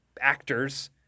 actors